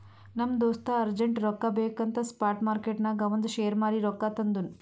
ನಮ್ ದೋಸ್ತ ಅರ್ಜೆಂಟ್ ರೊಕ್ಕಾ ಬೇಕ್ ಅಂತ್ ಸ್ಪಾಟ್ ಮಾರ್ಕೆಟ್ನಾಗ್ ಅವಂದ್ ಶೇರ್ ಮಾರೀ ರೊಕ್ಕಾ ತಂದುನ್